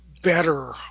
better